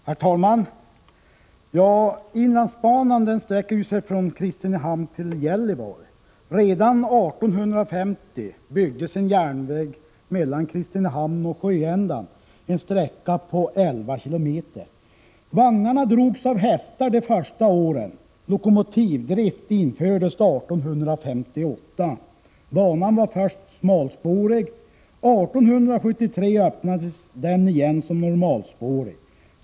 Herr talman! Inlandsbanan sträcker sig från Kristinehamn till Gällivare. Redan 1850 byggdes en järnväg mellan Kristinehamn och Sjöändan, en sträcka på 11 km. Vagnarna drogs av hästar de första åren; lokomotivdrift infördes 1858. Banan var först smalspårig. År 1873 öppnades den igen, som normalspårig.